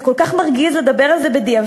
זה כל כך מרגיז לדבר על זה בדיעבד,